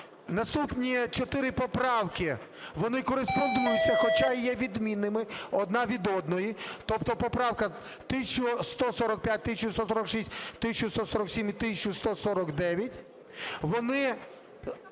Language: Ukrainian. наступні чотири поправки, вони кореспондуються, хоча є відмінними одна від одної. Тобто поправки 1145, 1146, 1147 і 1149,